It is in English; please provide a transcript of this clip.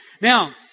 Now